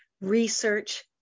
research